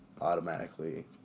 automatically